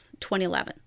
2011